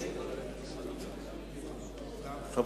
זה אפילו,